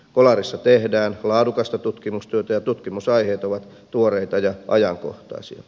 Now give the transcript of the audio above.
kolarissa tehdään laadukasta tutkimustyötä ja tutkimusaiheet ovat tuoreita ja ajankohtaisia